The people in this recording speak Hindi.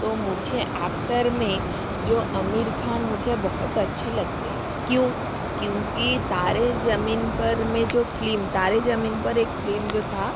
तो मुझे आक्टर में जो आमिर ख़ान मुझे बहुत अच्छे लगते हैं क्यों क्योंकि तारे ज़मीन पर में जो फ्लिम तारे ज़मीन पर एक फ्लिम जो थी